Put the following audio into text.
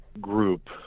group